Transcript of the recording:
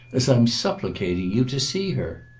as i'm supplicating you, to see her.